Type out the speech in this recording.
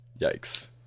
Yikes